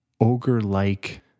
ogre-like